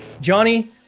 Johnny